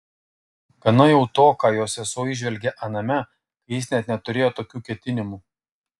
gana jau to ką jo sesuo įžvelgė aname kai jis net neturėjo tokių ketinimų